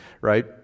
right